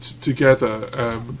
together